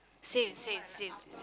same same same